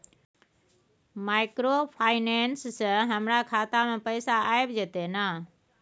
Microfinance से हमारा खाता में पैसा आबय जेतै न?